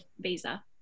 visa